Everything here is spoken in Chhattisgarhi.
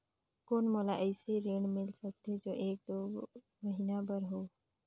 कौन मोला अइसे ऋण मिल सकथे जो एक दो महीना बर हो?